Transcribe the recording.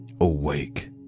Awake